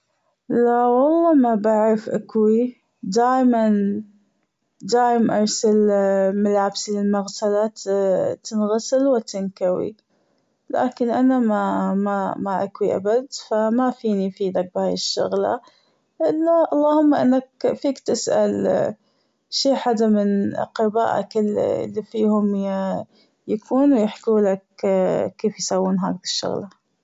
لا والله مابعرف أكوي دائما دائم أرسل ملابسي للمغسلة تنغسل وتنكوي لكن أنا ما- ما- ما أكوي ابد فما فيني فيدك في هالشغلة أنه اللهم انك فيك تسال شي حدا من أقربائك اللي فيهم يكونوا يحكولك كيف يسوون هذي الشغلة.